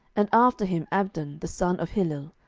and after him abdon the son of hillel,